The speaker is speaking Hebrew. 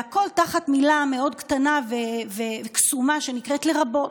והכול תחת מילה מאוד קטנה וקסומה שנקראת "לרבות",